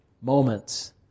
moments